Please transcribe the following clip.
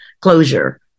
closure